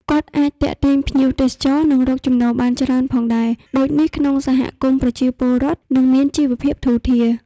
គាត់អាចទាក់ទាញភ្ញៀវទសចរណ៍នឹងរកចំណូលបានច្រើនផងដែរ ដូចនេះក្នងសហគមន៍ប្រជាពលរដ្ឋនឹងមានជីវភាពធូរធារ។